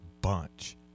bunch